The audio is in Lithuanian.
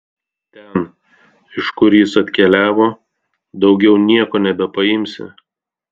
ten iš kur jis atkeliavo daugiau nieko nebepaimsi